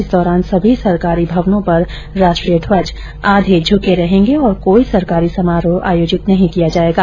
इस दौरान सभी सरकारी भवनों पर राष्ट्रीय ध्वज आधे झुके रहेंगे और कोई सरकारी समारोह आयोजित नहीं किया जायेगा